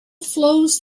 flows